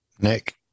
Nick